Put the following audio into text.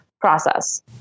process